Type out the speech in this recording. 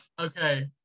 Okay